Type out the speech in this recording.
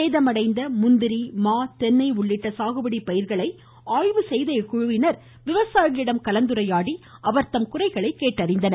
சேதமடைந்த முந்திரி மா தென்னை உள்ளிட்ட சாகுபடி பயிர்களை ஆய்வு செய்த இவர்கள் விவசாயிகளிடம் கலந்துரையாடி அவர்தம் குறைகளை கேட்டறிந்தனர்